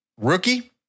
Rookie